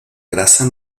grasa